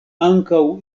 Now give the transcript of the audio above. ankaŭ